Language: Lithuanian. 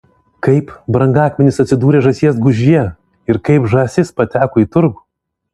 kaip brangakmenis atsidūrė žąsies gūžyje ir kaip žąsis pateko į turgų